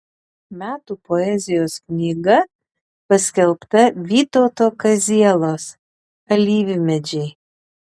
metų poezijos knyga paskelbta vytauto kazielos alyvmedžiai